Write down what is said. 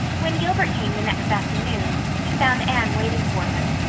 when gilbert came the next afternoon he found anne waiting for him,